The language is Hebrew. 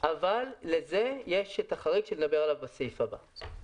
אבל לזה יש את החריג שנדבר עליו בסעיף הבא.